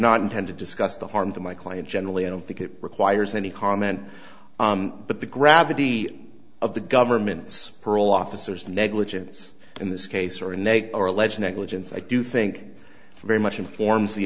not intend to discuss the harm to my client generally i don't think it requires any comment but the gravity of the government's parole officers negligence in this case or in a or alleged negligence i do think very much informs the